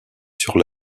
sur